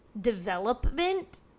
development